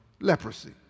leprosy